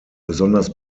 besonders